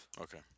Okay